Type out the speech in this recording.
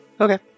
Okay